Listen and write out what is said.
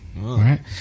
right